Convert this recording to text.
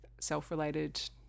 self-related